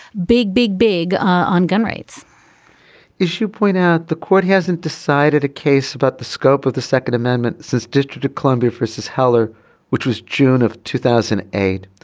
big big big on gun rights as you point out the court hasn't decided a case about the scope of the second amendment says district of columbia versus heller which was june of two thousand and eight.